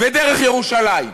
ודרך ירושלים,